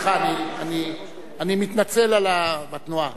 סליחה, אני מתנצל על ה"בתנועה".